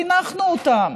חינכנו אותם,